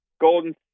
Golden